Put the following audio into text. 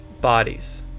bodies